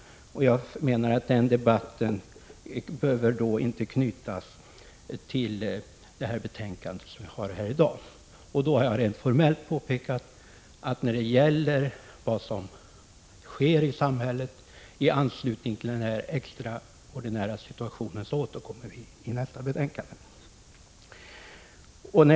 Jag menar att debatten om detta inte behöver knytas till det betänkande som föreligger här i dag. Rent formellt har jag påpekat att när det gäller vad som skedde i samhället i anslutning till denna extraordinära situation återkommer vi i nästa betänkande.